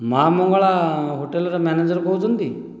ମା ମଙ୍ଗଳା ହୋଟେଲର ମ୍ୟାନେଜର କହୁଛନ୍ତି